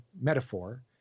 metaphor